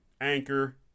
Anchor